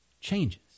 changes